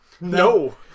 No